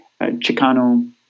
Chicano